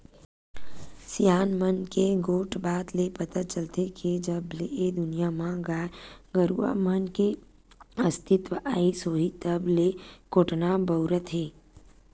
सियान मन के गोठ बात ले पता चलथे के जब ले ए दुनिया म गाय गरुवा मन के अस्तित्व आइस होही तब ले कोटना बउरात हे